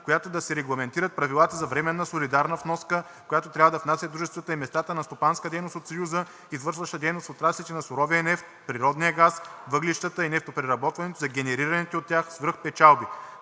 която да се регламентират правилата за временната солидарна вноска, която трябва да внасят дружествата и местата на стопанска дейност от Съюза, извършващи дейност в отраслите на суровия нефт, природния газ, въглищата и нефтопреработването за генерираните от тях свръхпечалби.